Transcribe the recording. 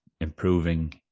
improving